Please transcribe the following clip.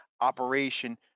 operation